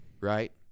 right